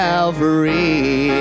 Calvary